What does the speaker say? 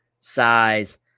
size